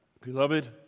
Beloved